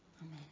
Amen